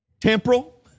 Temporal